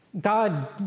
God